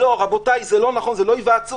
לא, רבותיי, זה לא נכון, זה לא היוועצות.